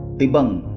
dibang,